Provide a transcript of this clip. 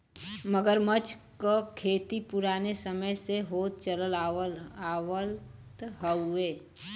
मगरमच्छ क खेती पुराने समय से होत चलत आवत हउवे